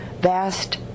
vast